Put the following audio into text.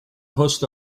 post